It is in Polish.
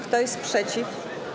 Kto jest przeciw?